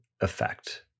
effect